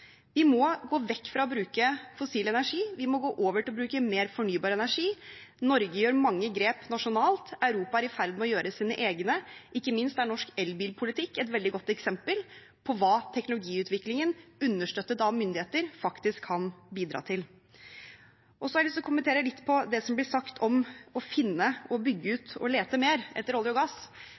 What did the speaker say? Vi må gå vekk fra å bruke fossil energi, vi må gå over til å bruke mer fornybar energi. Norge gjør mange grep nasjonalt, og Europa er i ferd med å gjøre sine egne. Ikke minst er norsk elbilpolitikk et veldig godt eksempel på hva teknologiutviklingen, understøttet av myndigheter, faktisk kan bidra til. Så har jeg lyst til å kommentere det som blir sagt om å finne, bygge ut og lete mer etter olje og gass.